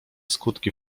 skutki